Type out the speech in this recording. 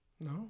No